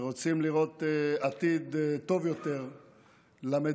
שרוצים לראות עתיד טוב יותר למדינה,